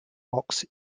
box